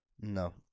No